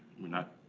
we're not,